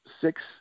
six